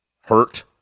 hurt